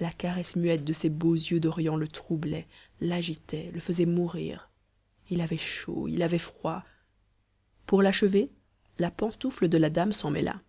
la caresse muette de ces beaux yeux d'orient le troublait l'agitait le faisait mourir il avait chaud il avait froid pour l'achever la pantoufle de la dame s'en mêla